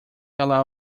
allows